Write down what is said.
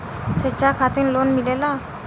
शिक्षा खातिन लोन मिलेला?